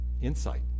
insight